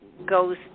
goes